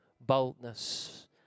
boldness